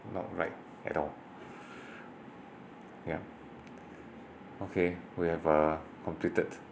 not right at all ya okay we have uh completed